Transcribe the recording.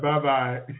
Bye-bye